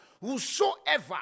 Whosoever